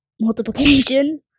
multiplication